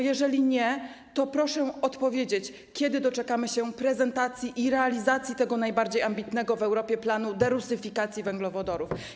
Jeżeli nie, to proszę powiedzieć, kiedy doczekamy się prezentacji i realizacji tego najbardziej ambitnego w Europie planu derusyfikacji węglowodorów.